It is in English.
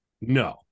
no